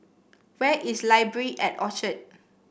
where is Library at Orchard